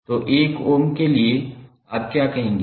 तो 1 ओम के लिए आप क्या कहेंगे